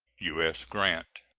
u s. grant.